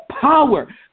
power